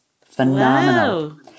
Phenomenal